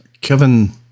Kevin